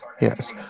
Yes